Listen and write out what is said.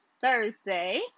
Thursday